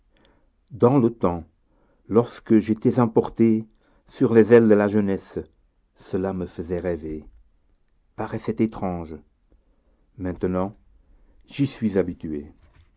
dans le temps lorsque j'étais emporté sur les ailes de la jeunesse cela me faisait rêver me paraissait étrange maintenant j'y suis habitué